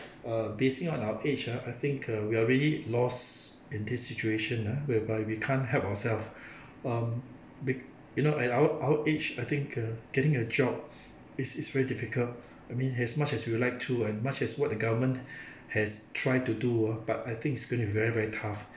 uh basing on our age ah I think uh we are already lost in this situation ah whereby we can't help ourselves um be~ you know at our our age I think uh getting a job is is very difficult I mean as much as we would liked to as much as what the government has tried to do ah but I think it's going to be very very tough